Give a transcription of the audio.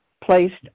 placed